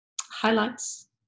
highlights